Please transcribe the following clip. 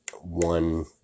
one